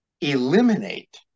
eliminate